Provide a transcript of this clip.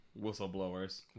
Whistleblowers